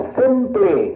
simply